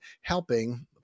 helping